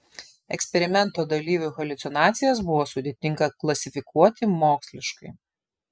eksperimento dalyvių haliucinacijas buvo sudėtinga klasifikuoti moksliškai